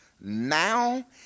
now